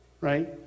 right